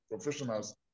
professionals